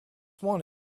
one